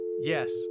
Yes